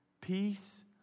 peace